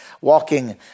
walking